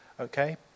okay